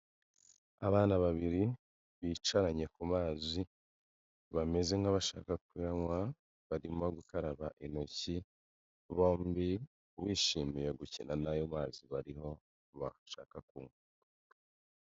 Abana babiri bicaranye ku mazi, bameze nk'abashaka kuyanywa, barimo gukaraba intoki, bombi bishimiye gukina n'ayo mazi bariho bashaka kunywa.